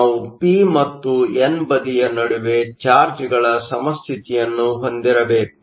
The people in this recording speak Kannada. ನಾವು ಪಿ ಮತ್ತು ಎನ್ ಬದಿಯ ನಡುವೆ ಚಾರ್ಜ್ಗಳ ಸಮಸ್ಥಿತಿಯನ್ನು ಹೊಂದಿರಬೇಕು